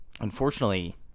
unfortunately